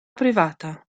privata